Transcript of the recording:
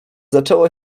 zaczęło